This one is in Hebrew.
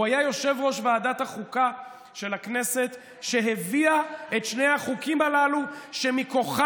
הוא היה יושב-ראש ועדת החוקה של הכנסת שהביאה את שני החוקים הללו שמכוחם